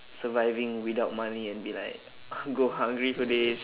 surviving without money and be like go hungry for days